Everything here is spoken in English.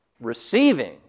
receiving